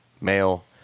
male